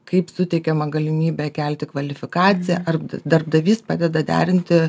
kaip suteikiama galimybė kelti kvalifikaciją ar darbdavys padeda derinti